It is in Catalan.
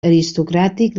aristocràtic